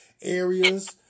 areas